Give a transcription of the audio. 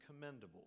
commendable